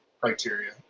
criteria